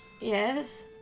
Yes